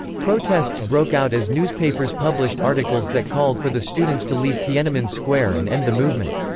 protests broke out as newspapers published articles that called for the students to leave tiananmen square and end the movement.